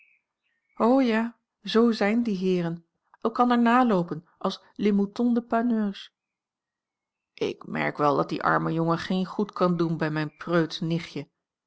ja zoo zijn die heeren elkander naloopen als les moutons de panurge ik merk wel dat die arme jongen geen goed kan doen bij mijn preutsch nichtje